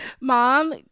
Mom